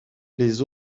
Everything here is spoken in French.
les